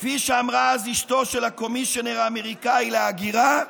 כפי שאמרה אז אשתו של ה-commissioner האמריקאי להגירה: